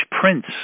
Prince